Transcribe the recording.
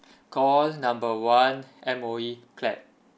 call number one M_O_E clap